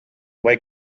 wake